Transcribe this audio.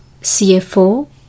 CFO